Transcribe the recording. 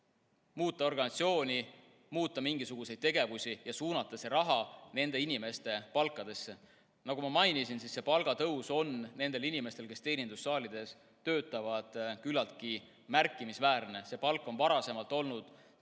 muuta organisatsiooni, muuta mingisuguseid tegevusi ja suunata [vabanenud] raha nende inimeste palka. Nagu ma mainisin, palgatõus on nendel inimestel, kes teenindussaalides töötavad, küllaltki märkimisväärne. Nende palk oli varasemalt 1100